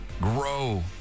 grow